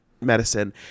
medicine